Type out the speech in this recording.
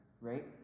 right